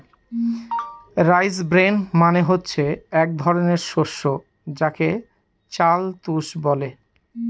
rice bran মানে হচ্ছে এক ধরনের শস্য যাকে চাল তুষ বলে